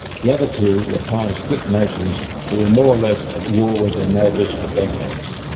the other two were part of split nations that were more or less at war with their neighbours for decades.